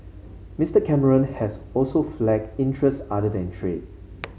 Mister Cameron has also flagged interests other than trade